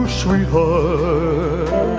sweetheart